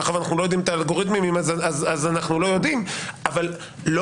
מאחר שאנו לא יודעים את האלגוריתמים אנו לא יודעים אבל לא